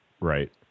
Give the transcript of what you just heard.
right